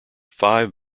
five